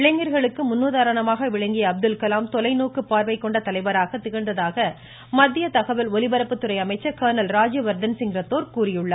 இளைஞர்களுக்கு முன்னுதாரணமாக விளங்கிய அப்துல்கலாம் தொலை பார்வை கொண்ட தலைவராக திகந்ததாக நோக்கு மத்திய தகவல் ஒலிபரப்புத்துறை அமைச்சர் கர்னல் ராஜ்யவர்தன் சிங் ரத்தோர் கூறியுள்ளார்